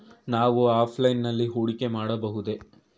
ನಾವು ಆಫ್ಲೈನ್ ನಲ್ಲಿ ಹೂಡಿಕೆ ಮಾಡಬಹುದೇ?